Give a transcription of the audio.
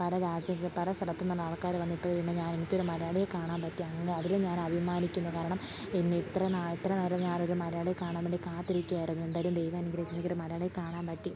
പല രാജ്യത്തും പല സ്ഥലത്തുനിന്നുള്ള ആൾക്കാർ വന്നിട്ട് കഴിയുമ്പം ഞാൻ എനിക്കൊരു മലയാളിയെ കാണാൻ പറ്റി അങ്ങനെ അതിലും ഞാൻ അഭിമാനിക്കുന്നു കാരണം എന്നെ ഇത്ര നാൾ ഇത്ര നാളും ഞാനൊരു മലയാളിയെ കാണാൻ വേണ്ടി കാത്തിരിക്കുകയായിരുന്നു എന്തായാലും ദൈവം അനുഗ്രഹിച്ച് എനിക്കൊരു മലയാളിയെ കാണാൻ പറ്റി